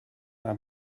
naar